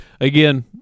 again